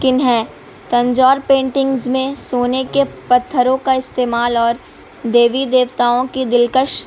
کن ہے تنجور پینٹنگز میں سونے کے پتھروں کا استعمال اور دیوی دیوتاؤں کی دلکش